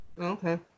Okay